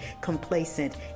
complacent